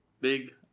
Big